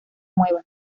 mueva